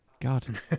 God